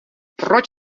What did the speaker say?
proč